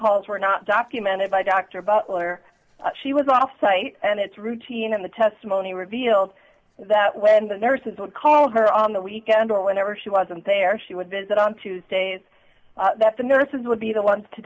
calls were not documented by dr butler she was off site and it's routine in the testimony revealed that when the nurses would call her on the weekend or whenever she wasn't there she would visit on tuesdays that the nurses would be the ones to